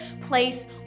place